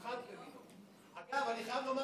אגב,